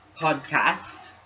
podcast